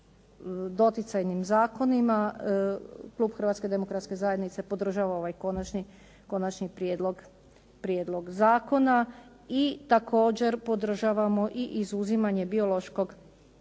doticajnim zakonima, klub Hrvatske demokratske zajednice podržava ovaj konačni prijedlog zakona i također podržavamo i izuzimanje biološkog